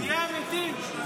תהיה אמיתי.